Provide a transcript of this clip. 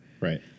right